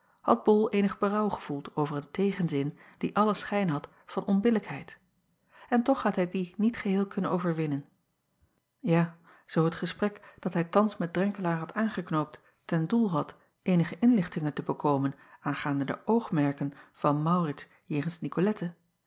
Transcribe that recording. ol eenig berouw gevoeld over een tegenzin die allen schijn had van onbillijkheid en toch had hij dien niet geheel kunnen overwinnen ja zoo het gesprek dat hij thans met renkelaer had aangeknoopt ten doel had eenige inlichtingen te bekomen aangaande de oogmerken van aurits jegens icolette